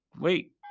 wait